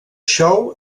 show